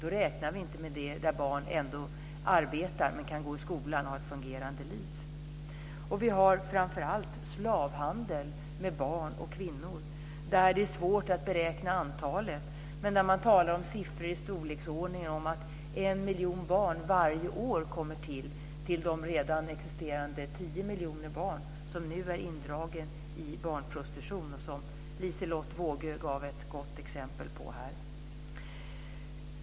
Då räknar vi inte med de barn som arbetar men ändå kan gå i skolan och ha ett fungerande liv. Det finns också slavhandel med barn och kvinnor. Det är svårt att beräkna antalet, men man talar om att i storleksordningen en miljon barn kommer till varje år, till de redan existerande 10 miljoner barn som nu är indragna i barnprostitution. Liselotte Wågö gav ett talande exempel på det.